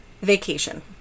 vacation